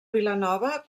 vilanova